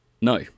No